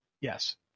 Yes